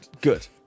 Good